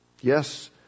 yes